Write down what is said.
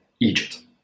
Egypt